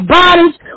bodies